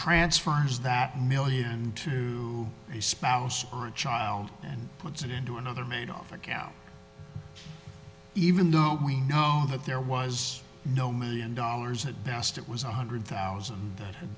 transfers that million to a spouse or a child and puts it into another made off account even though we know that there was no million dollars at best it was a hundred thousand